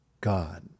God